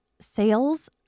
sales